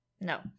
no